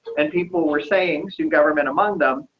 and people were saying soon government among them.